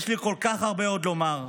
יש לי כל כך הרבה עוד מה לומר,